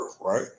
right